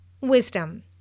Wisdom